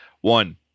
One